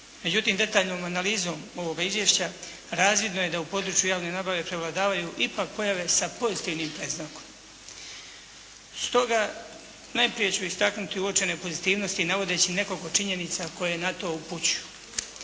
Međutim, detaljnom analizom ovoga izvješća razvidno je da u području javne nabave prevladavaju ipak pojave sa pozitivnim predznakom. Stoga najprije ću istaknuti uočene pozitivnosti navodeći nekoliko činjenica koje na to upućuju.